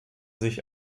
sich